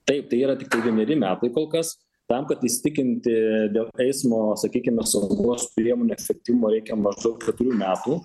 taip tai yra tik vieneri metai kol kas tam kad įsitikinti dėl eismo sakykime saugos priemonių efektyvumo reikia maždaug keturių metų